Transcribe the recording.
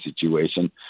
situation